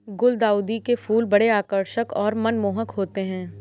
गुलदाउदी के फूल बड़े आकर्षक और मनमोहक होते हैं